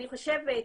אני חושבת,